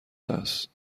العادست